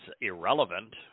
irrelevant